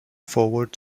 forward